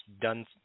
done